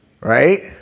Right